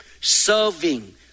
serving